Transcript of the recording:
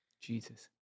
Jesus